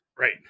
Right